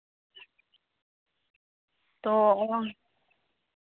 ᱛᱚ